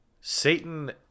Satan